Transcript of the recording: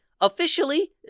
officially